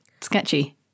sketchy